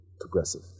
progressive